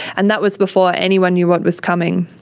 and that was before anyone knew what was coming.